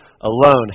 alone